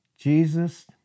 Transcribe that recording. Jesus